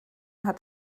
hat